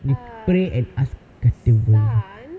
you pray and ask கடவுள்:kadavul